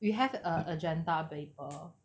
you have a agenda paper